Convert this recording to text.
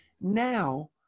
Now